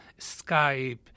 Skype